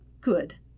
Good